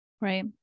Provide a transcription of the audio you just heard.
Right